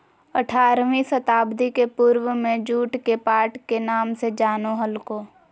आठारहवीं शताब्दी के पूर्व में जुट के पाट के नाम से जानो हल्हो